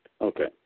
Okay